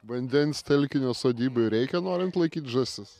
vandens telkinio sodybai reikia norint laikyt žąsis